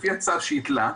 לפי הצד שהתלה,